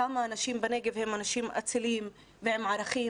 כמה אנשים בנגב הם אנשים אצילים ועם ערכים